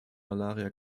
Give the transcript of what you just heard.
malaria